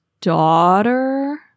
daughter